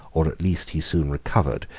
or at least he soon recovered,